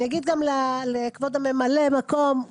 אני אגיד גם לכבוד הממלא מקום.